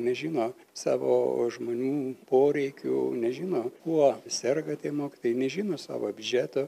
nežino savo žmonių poreikių nežino kuo serga tie mokytojai nežino savo biudžeto